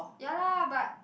ya lah but